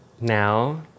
now